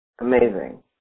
Amazing